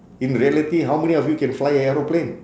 in reality how many of you can fly aeroplane